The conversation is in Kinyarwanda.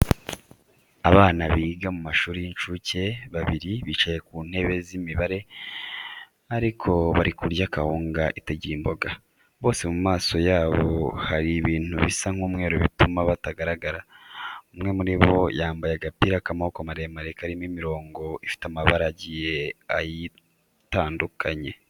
Abana biga mu mashuri y'inshuke babiri bicaye ku ntebe z'imbere ariko bari kurya kawunga itagira imboga. Bose mu maso yabo hari ibintu bisa nk'umweru bituma batagaragara. Umwe muri bo yambaye agapira k'amaboko maremare karimo imirongo ifite amabara agiye ayndukanye.